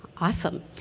awesome